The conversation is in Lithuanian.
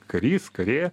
karys kurė